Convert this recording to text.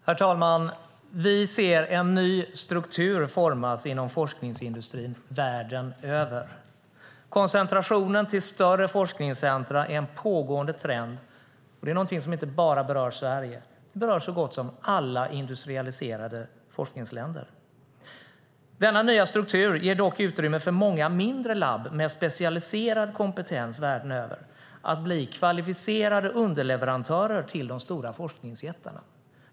Herr talman! Vi ser en ny struktur formas inom forskningsindustrin världen över. Koncentrationen till större forskningscentrum är en pågående trend. Det är något som inte bara berör Sverige, utan det berör så gott som alla industrialiserade forskningsländer. Denna nya struktur ger dock utrymme för många mindre länder med specialiserad kompetens världen över att bli kvalificerade underleverantörer till de stora forskningsjättarna.